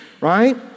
right